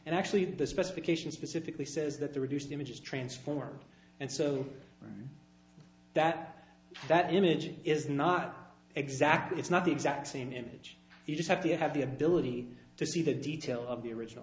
and actually the specification specifically says that the reduced image is transformed and so that that image is not exactly it's not the exact same image you just have to have the ability to see the detail of the original